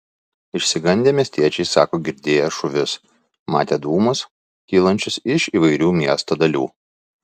išsigandę miestiečiai sako girdėję šūvius matę dūmus kylančius iš įvairių miesto dalių